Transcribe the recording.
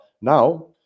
now